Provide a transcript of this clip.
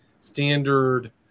standard